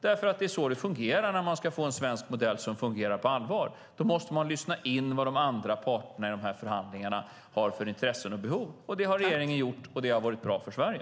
Det är så det fungerar när man ska få en svensk modell som fungerar på allvar. Då måste man lyssna in vilka intressen och behov de andra parterna i dessa förhandlingar har. Det har regeringen gjort, och det har varit bra för Sverige.